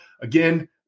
again